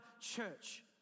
church